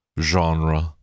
genre